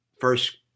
First